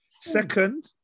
Second